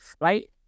right